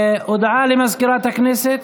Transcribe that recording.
הודעה לסגנית מזכיר הכנסת.